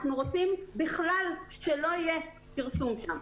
אנחנו רוצים שלא יהיה פרסום בכלל.